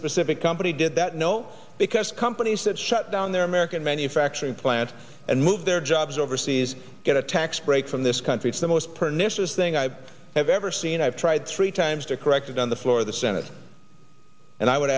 specific company did that no because companies that shut down their american manufacturing plant and move their jobs overseas get a tax break from this country it's the most pernicious thing i have ever seen and i've tried three times to correct it on the floor of the senate and i would